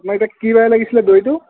আপোনাক এতিয়া কি বাৰে লাগিছিলে দৈটো